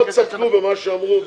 הם לא צדקו בכל מה שאמרו,